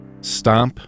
stop